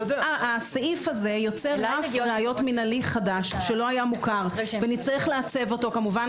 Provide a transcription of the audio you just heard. הסעיף הזה יוצר רף ראיות מנהלי חדש שלא היה מוכר ונצטרך לעצב אותו כמובן